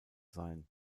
sein